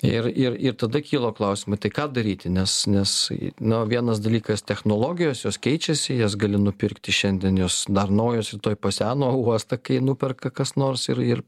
ir ir ir tada kilo klausimų tai ką daryti nes nes na vienas dalykas technologijos jos keičiasi jas gali nupirkti šiandien jos dar naujos rytoj paseno o uostą kai nuperka kas nors ir ir